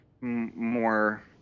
more